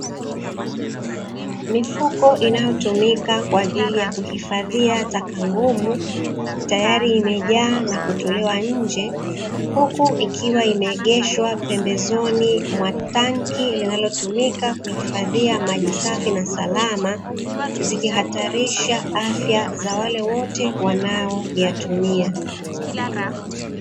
Mifuko inayotumika kwa ajili ya kuhifadhia taka ngumu tayari imejaa na kutolewa nje, huku ikiwa imeegeshwa pembezoni mwa tanki linalotumika kuhifadhia maji safi na salama, kuepusha zikihatarisha afya za wale wote wanaoyatumia.